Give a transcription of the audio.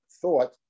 thought